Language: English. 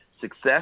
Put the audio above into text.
Success